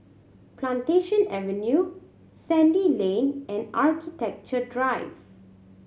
Plantation Avenue Sandy Lane and Architecture Drive